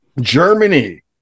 germany